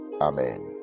Amen